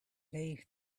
lay